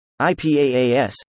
IPAAS